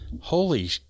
holy